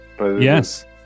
Yes